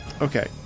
Okay